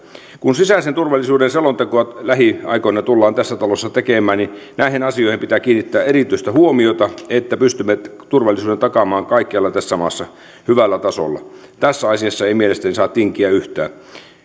kun sisäisen turvallisuuden selontekoa lähiaikoina tullaan tässä talossa tekemään niin näihin asioihin pitää kiinnittää erityistä huomiota että pystymme turvallisuuden takaamaan kaikkialla tässä maassa hyvällä tasolla tässä asiassa ei mielestäni saa tinkiä